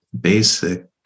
basic